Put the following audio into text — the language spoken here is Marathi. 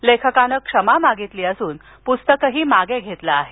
लेखकाने क्षमा मागितली असून पुस्तकही मागे घेतले आहे